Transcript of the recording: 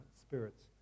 spirits